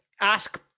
ask